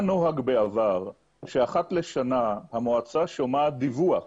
היה נוהג בעבר שאחת לשנה המועצה שומעת דיווח